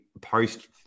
post